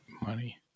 money